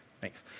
Thanks